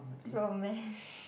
romance